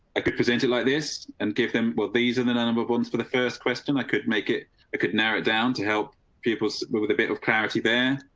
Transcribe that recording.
i could present it like this and give them, well, these are the number ones for the first question, i could make it a could narrow it down to help people but with a bit of clarity bear.